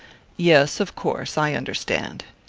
yes, of course i understand.